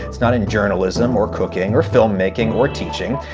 it's not in journalism, or cooking, or filmmaking, or teaching.